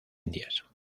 indias